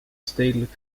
stedelijk